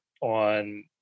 on